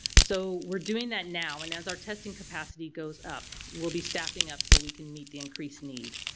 so we're doing that now and as our testing capacity goes up we'll be staffing up so we can meet the increased need.